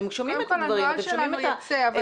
אתם שומעים את הדברים, אתם שומעים את החששות.